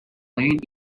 playing